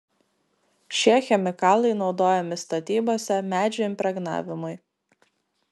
šie chemikalai naudojami statybose medžio impregnavimui